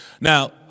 Now